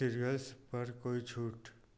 serials पर कोई छूट